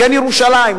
כן ירושלים,